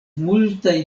multaj